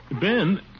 Ben